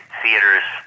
theaters